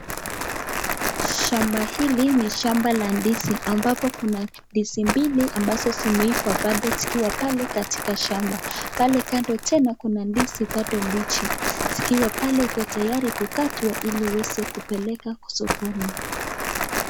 Shamba hili ni shamba la ndizi ambapo kuna ndizi mbili ambazo zimeiva bado zikiwa pale katika shamba. Pale kando tena kuna ndizi bado mbichi zikiwa pale kwa tayari kukatwa ili uweze kupeleka kwa sokoni.